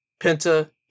Penta